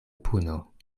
puno